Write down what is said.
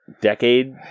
decade